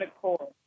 core